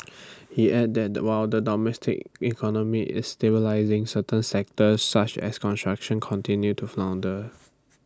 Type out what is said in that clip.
he added the while the domestic economy is stabilising certain sectors such as construction continue to flounder